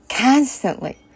Constantly